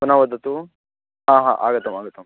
पुनः वदतु हा हा आगतम् आगतं